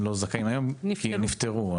בפברואר נפטרו,